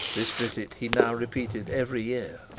this visit he now repeated every year.